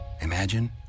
imagine